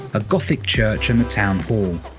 a gothic church and the town hall.